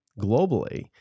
globally